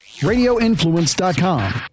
RadioInfluence.com